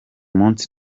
munsi